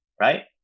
right